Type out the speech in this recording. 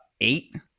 eight